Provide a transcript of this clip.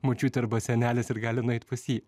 močiutė arba senelis ir gali nueit pas jį